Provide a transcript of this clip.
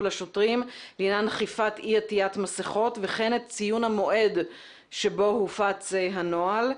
לשוטרים בעניין אכיפת אי-עטיית מסכות וכן את ציון המועד שבו הופץ הנוהל,